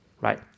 right